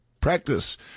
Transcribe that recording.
Practice